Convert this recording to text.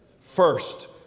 First